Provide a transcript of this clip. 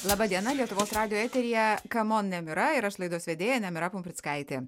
laba diena lietuvos radijo eteryje kamon nemira ir aš laidos vedėja nemira pumprickaitė